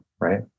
right